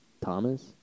Thomas